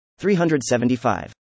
375